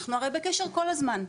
אנחנו הרי בקשר כל הזמן.